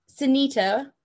Sunita